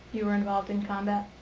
you were involved in combat?